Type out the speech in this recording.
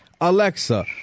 Alexa